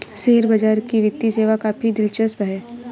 share बाजार की वित्तीय सेवा काफी दिलचस्प है